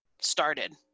started